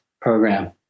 program